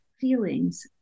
feelings